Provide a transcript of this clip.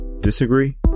Disagree